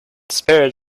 spared